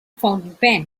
fountain